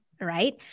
right